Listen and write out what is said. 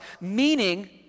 meaning